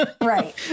Right